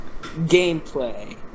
gameplay